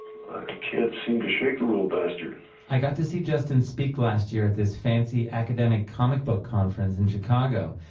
i can't seem to shake the little bastard i got to see justin speak last year at this fancy academic comic book conference in chicago,